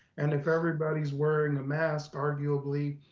and if everybody's wearing a mask, arguably,